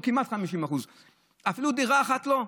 או כמעט 50%. אפילו דירה אחת לא?